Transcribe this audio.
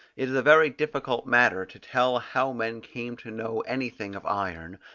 it is a very difficult matter to tell how men came to know anything of iron,